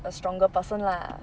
a stronger person lah